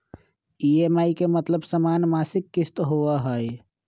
EMI के मतलब समान मासिक किस्त होहई?